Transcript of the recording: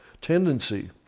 tendency